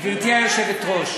גברתי היושבת-ראש,